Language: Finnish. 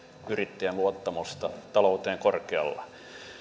yrittäjien luottamusta talouteen korkealla